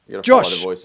Josh